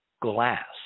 glass